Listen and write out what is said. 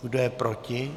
Kdo je proti?